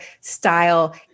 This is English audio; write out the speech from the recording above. style